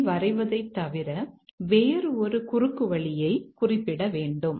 G வரைவதைத் தவிர வேறு ஒரு குறுக்குவழியைக் குறிப்பிட வேண்டும்